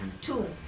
two